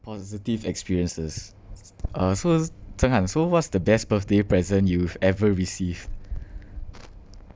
positive experiences uh so zhenghan so what's the best birthday present you've ever received